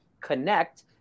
connect